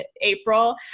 April